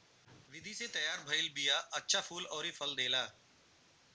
विधि से तैयार भइल बिया अच्छा फूल अउरी फल देला